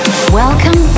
Welcome